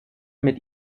mit